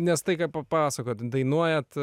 nes tai ką papasakoti dainuojate